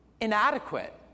inadequate